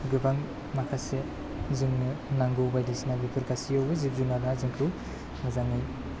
गोबां माखासे जोंनो नांगौ बायदिसिना बेफोर गासिबावबो जिब जुनारा जोंखौ मोजाङै